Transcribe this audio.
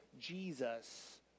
Jesus